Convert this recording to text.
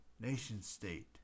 nation-state